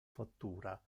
fattura